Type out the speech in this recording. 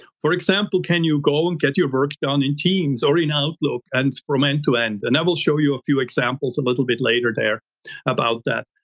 for example, can you go and get your work done in teams or in outlook and from end to end, and i will show you a few examples a little bit later there about that.